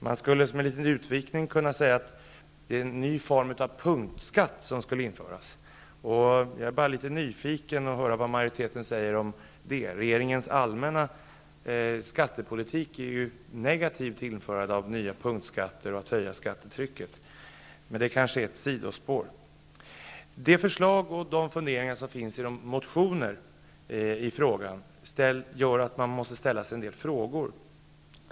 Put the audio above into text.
Man skulle, som en liten utvikning, kunna säga att det är en ny form av punktskatt som skulle införas. Jag är litet nyfiken på att höra vad majoriteten säger om det. Regeringens allmänna skattepolitik är ju negativ till införandet av nya punktskatter och till att höja skattetrycket. Men detta kanske är ett sidospår. De förslag och de funderingar som finns i motionerna gör att man måste ställa sig en del frågor.